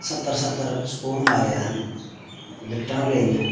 स्हत्तर स्हत्तर स्कोर मारेआ असें बिकटां बी लेइयां